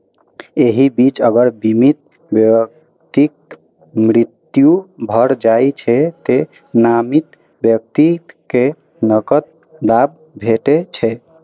एहि बीच अगर बीमित व्यक्तिक मृत्यु भए जाइ छै, तें नामित व्यक्ति कें नकद लाभ भेटै छै